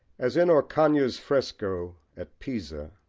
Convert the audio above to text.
as in orcagna's fresco at pisa,